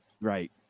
Right